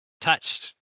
touched